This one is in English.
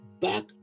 back